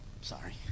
Sorry